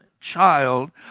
child